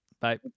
Bye